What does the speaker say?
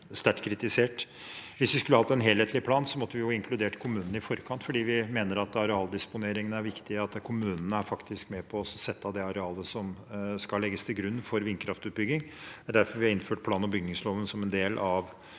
Hvis vi skulle hatt en helhetlig plan, måtte vi inkludert kommunene i forkant, for vi mener arealdisponeringene er viktige, og kommunene er faktisk med på å sette av det arealet som skal legges til grunn for vindkraftutbygging. Det er derfor vi har innført plan- og bygningsloven som en del av